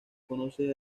conoce